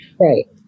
Right